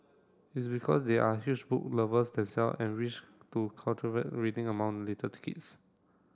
it's because they are huge book lovers them self and wish to cultivate reading among little kids